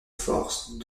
forces